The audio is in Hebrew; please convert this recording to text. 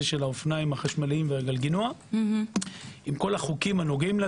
של אופניים חשמליים וגלגילנוע עם כל החוקים הנוגעים,